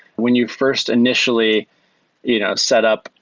when you first initially you know set up,